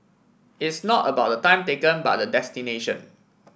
it's not about the time taken but the destination